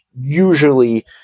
usually